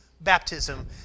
baptism